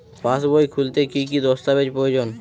পাসবই খুলতে কি কি দস্তাবেজ প্রয়োজন?